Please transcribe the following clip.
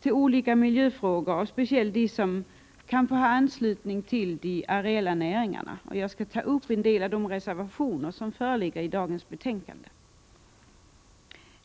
till olika miljöområden, speciellt de som har anknytning till de areella näringarna. Jag skall ta upp en del av de reservationer som föreligger i detta betänkande.